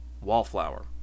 Wallflower